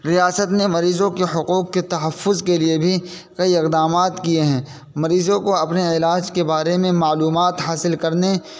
ریاست نے مریضوں کے حقوق کے تحفظ کے لیے بھی کئی اقدامات کیے ہیں مریضوں کو اپنے علاج کے بارے میں معلومات حاصل کرنے